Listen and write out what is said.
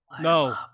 No